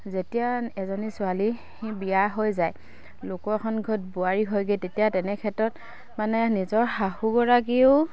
যেতিয়া এজনী ছোৱালী বিয়া হৈ যায় লোকৰ এখন ঘৰত বোৱাৰী হয়গে তেতিয়া তেনেক্ষেত্ৰত মানে নিজৰ শাহুগৰাকীয়েও